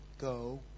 go